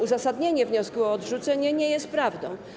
Uzasadnienie wniosku o odrzucenie nie jest prawdą.